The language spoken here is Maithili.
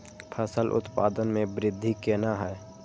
फसल उत्पादन में वृद्धि केना हैं?